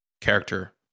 character